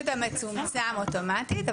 יש את המצומצם אוטומטית.